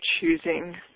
choosing